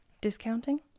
Discounting